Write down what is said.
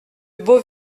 beau